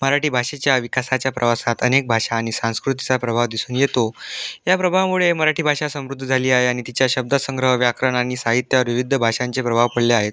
मराठी भाषेच्या विकासाच्या प्रवासात अनेक भाषा आणि संस्कृतीचा प्रभाव दिसून येतो या प्रभावामुळे मराठी भाषा समृद्ध झाली आहे आणि तिचा शब्द संग्रह व्याकरण आणि साहित्यावर विविध भाषांचे प्रभाव पडले आहेत